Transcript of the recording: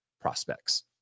prospects